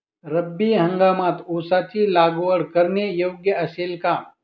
रब्बी हंगामात ऊसाची लागवड करणे योग्य असेल का?